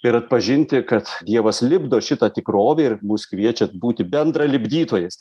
ir atpažinti kad dievas lipdo šitą tikrovę ir mus kviečia būti bendra lipdytojais